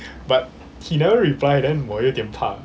but he never reply then 我有点怕